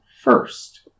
first